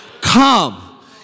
Come